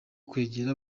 kwegera